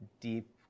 deep